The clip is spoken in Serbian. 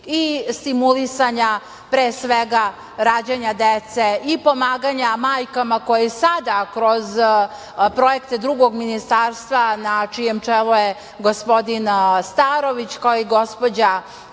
i stimulisanja pre svega rađanja dece i pomaganja majkama koje sada kroz projekte drugog ministarstva na čijem čelu je gospodin Starović koji gospođa